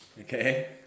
Okay